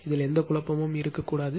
எனவே எந்த குழப்பமும் இருக்கக்கூடாது